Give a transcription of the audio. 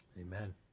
Amen